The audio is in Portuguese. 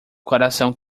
coração